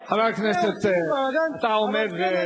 חבר הכנסת, אתה עומד, שב במקומך.